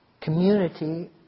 community